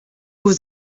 was